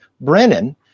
Brennan